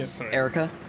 Erica